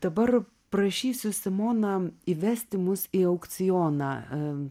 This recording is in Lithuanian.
dabar prašysiu simona įvesti mus į aukcioną